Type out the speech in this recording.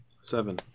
Seven